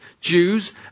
Jews